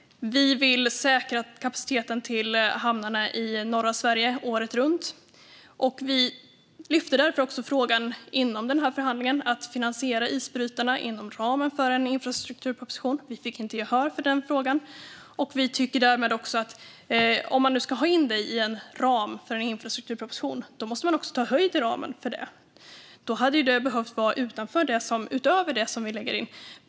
Vi vill säkra kapaciteten till hamnarna i norra Sverige året runt, och vi lyfter därför också frågan inom förhandlingen att finansiera isbrytarna inom ramen för en infrastrukturproposition. Vi fick inte gehör för den frågan, och vi tycker därmed att om man nu ska ha in detta i en ram för en infrastrukturproposition måste man också ta höjd i ramen för detta. Då hade det behövt vara utöver det som vi lägger in.